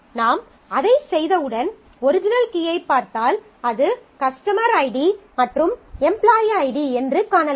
நாம் அதைச் செய்தவுடன் ஒரிஜினல் கீயைப் பார்த்தால் அது கஸ்டமர் ஐடி மற்றும் எம்ப்லாயீ ஐடி என்று காணலாம்